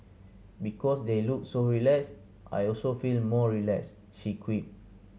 because they look so relaxed I also feel more relaxed she quipped